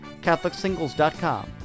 CatholicSingles.com